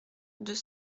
deux